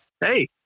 Hey